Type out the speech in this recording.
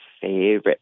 Favorite